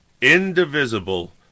indivisible